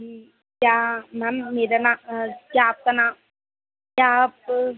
जी क्या मैम मेरा ना क्या आपका ना क्या आप